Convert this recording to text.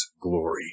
glory